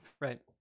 Right